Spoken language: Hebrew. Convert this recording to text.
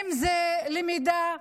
אם זה למידה,